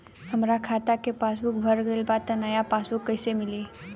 हमार खाता के पासबूक भर गएल बा त नया पासबूक कइसे मिली?